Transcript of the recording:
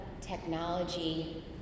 technology